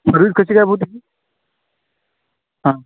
service कशी काय भाऊ त्याची हां